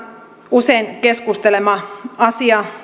usein keskustelema asia